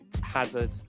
Hazard